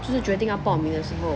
就是决定要报名的时候